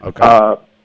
Okay